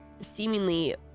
seemingly